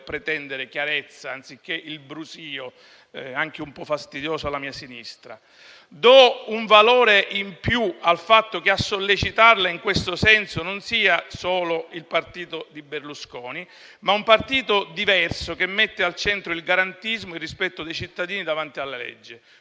trasversalmente, anziché il brusio, anche un po' fastidioso, alla mia sinistra. Do un valore in più al fatto che a sollecitarla in questo senso non sia solo il partito di Berlusconi, ma un partito diverso, che mette al centro il garantismo e il rispetto dei cittadini davanti alla legge.